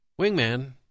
wingman